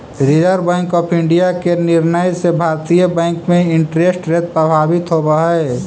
reserve bank of India के निर्णय से भारतीय बैंक में इंटरेस्ट रेट प्रभावित होवऽ हई